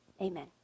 amen